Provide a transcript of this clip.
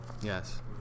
Yes